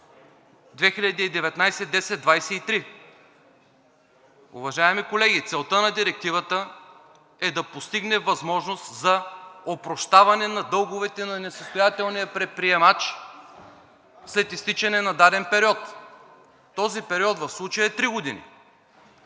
2019/1023. Уважаеми колеги, целта на Директивата е да постигне възможност за опрощаване на дълговете на несъстоятелния предприемач след изтичане на даден период. Този период в случая е три години.